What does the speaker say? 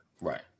Right